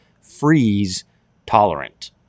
freeze-tolerant